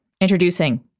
Introducing